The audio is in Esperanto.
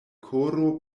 koro